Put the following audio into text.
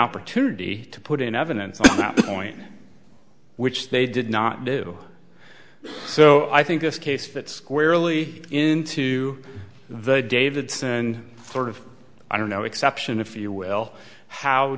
opportunity to put in evidence that point which they did not do so i think this case fit squarely into the davidson sort of i don't know exception if you will how